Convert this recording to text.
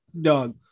Dog